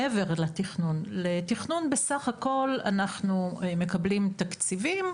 מעבר לתכנון לתכנון בסך הכול אנחנו מקבלים תקציבים,